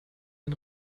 den